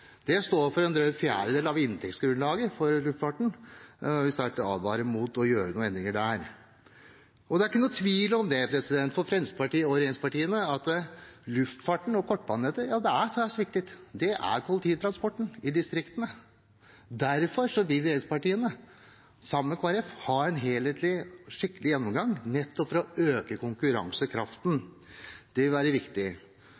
Det står for en drøy fjerdedel av inntektsgrunnlaget for luftfarten, og jeg vil sterkt advare mot å gjøre noen endringer der. For Fremskrittspartiet og regjeringspartiene ellers er det ikke noen tvil om at luftfarten og kortbanenettet er særs viktig – det er kollektivtransporten i distriktene. Derfor vil regjeringspartiene sammen med Kristelig Folkeparti ha en helhetlig, skikkelig gjennomgang, nettopp for å øke